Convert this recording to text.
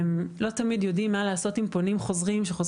לא תמיד יודעים מה לעשות אם פונים חוזרים שוב